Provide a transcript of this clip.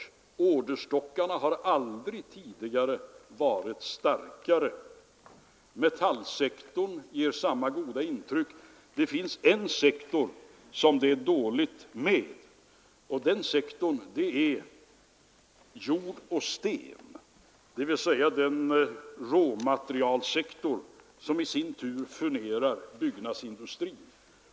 Orderstockarna har aldrig tidigare varit starkare. Metallsektorn ger samma goda intryck. Det finns en sektor som det är dåligt med, och den sektorn är jord och sten, dvs. den råmaterialssektor som i sin tur furnerar byggnadsindustrin.